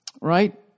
right